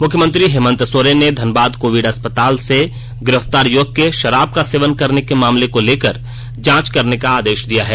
मुख्यमंत्री हेमंत सोरने ने धनबाद कोविड अस्पताल में गिरफ्तार युवक के शराब का सेवन करने के मामले को लेकर जांच करने का आदेश दिया है